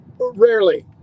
Rarely